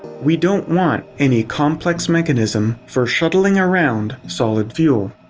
we don't want any complex mechanism for shuttling around solid fuel.